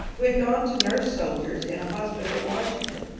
who had gone to nurse soldiers in a hospital at washington.